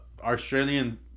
Australian